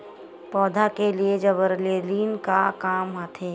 पौधा के लिए जिबरेलीन का काम आथे?